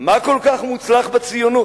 "מה כל כך מוצלח בציונות".